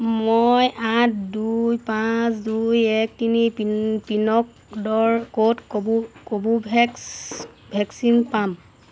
মই আঠ দুই পাঁচ দুই এক তিনি পিন পিনক'ডৰ ক'ত কোভোভেক্স ভেকচিন পাম